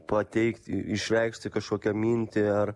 pateikti išreikšti kažkokią mintį ar